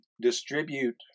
distribute